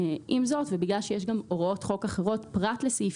עם זאת ובגלל שיש גם הוראות חוק אחרות פרט לסעיף